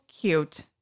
cute